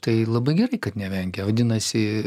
tai labai gerai kad nevengia vadinasi